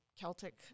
Celtic